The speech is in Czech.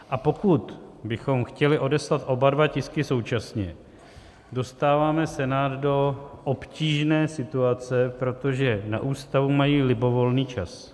A pokud bychom chtěli odeslat oba dva tisky současně, dostáváme Senát do obtížné situace, protože na ústavu mají libovolný čas.